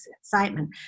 excitement